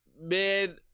man